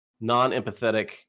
non-empathetic